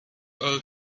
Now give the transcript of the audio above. oil